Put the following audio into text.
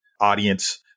audience